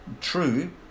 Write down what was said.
True